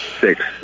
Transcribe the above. Six